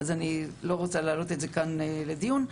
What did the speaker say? אני לא רוצה להעלות את זה כאן לדיון -- מה?